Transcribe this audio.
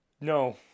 No